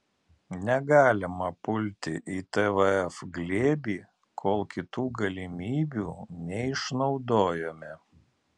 negalima pulti į tvf glėbį kol kitų galimybių neišnaudojome